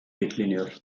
bekleniyor